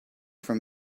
from